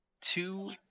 two